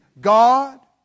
God